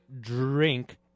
Drink